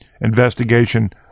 Investigation